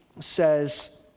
says